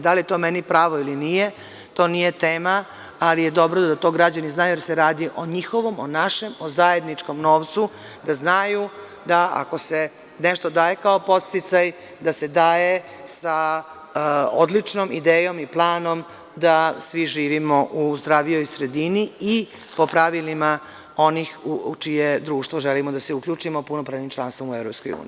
Da li je to meni pravo ili nije, to nije tema, ali je dobro da to građani znaju, jer se radi o njihovom, o našem, o zajedničkom novcu, da znaju da ako se nešto daje kao podsticaj, da se daje sa odličnom idejom i planom da svi živimo u zdravijoj sredini i po pravilima onih u čije društvo želimo da se uključimo u punopravnim članstvom u EU.